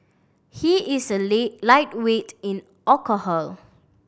he is a lit lightweight in alcohol